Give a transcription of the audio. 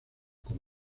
con